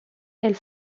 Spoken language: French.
elle